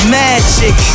magic